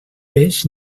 peix